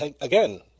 again